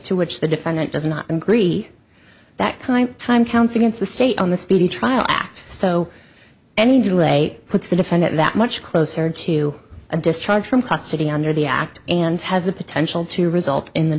to which the defendant does not agree that client time counts against the state on the speedy trial act so any delay puts the defendant that much closer to a discharge from custody under the act and has the potential to result in the